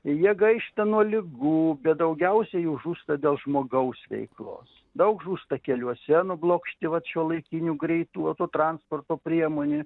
jie gaišta nuo ligų bet daugiausia jų žūsta dėl žmogaus veiklos daug žūsta keliuose nublokšti vat šiuolaikinių greitų va tų transporto priemonių